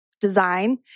design